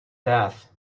death